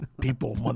People